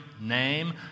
name